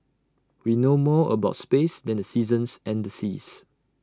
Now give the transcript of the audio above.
we know more about space than the seasons and the seas